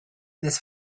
this